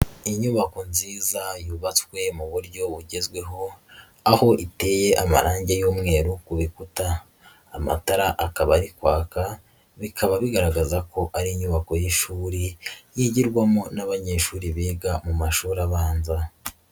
Inyubako nziza yubatswe mu buryo bugezweho, aho iteye amarangi y'umweru ku bikuta, amatara akaba ari kwaka, bikaba bigaragaza ko ari inyubako y'ishuri yigirwamo n'abanyeshuri biga mu mashuri abanza.